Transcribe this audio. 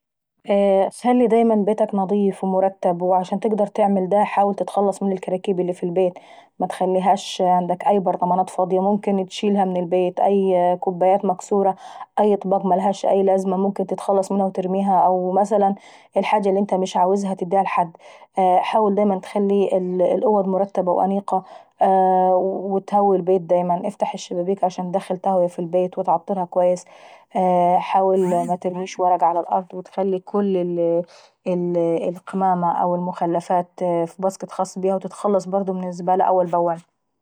خلي دايما بيتك نضيف ومرتب وعشان تقدر تعمل دا لازم تتخلص من الكراكيب اللي في البيت، متخليهاش عندك أي بركمانات فاضية ممكن تشيلها من البيت، او كوبايات مكسورة أي اطباق مالهاش لازمة، ممكن تتخلص منها وترميها او مثلا الحاجة اللي مش عاوزها ممكن تديها لحد. حاول دايما اتخلي الاوض مرتبة وانيقة، وتهوي البيت دايما، افتح الشبابيك عشان اتدخل تهوية في البيت وتعطرها اكويس. حاو مترميش ورق على الارض وتخلي كل القمامة او المخلفات في باسكيت الزبالة وتتخلص منها اول اول.